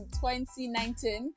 2019